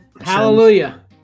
Hallelujah